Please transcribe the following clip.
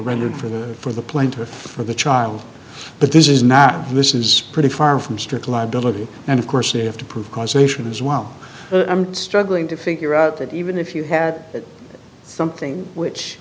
record for the for the plaintiff for the child but this is not this is pretty far from strict liability and of course they have to prove causation as well i'm struggling to figure out that even if you had something which